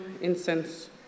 incense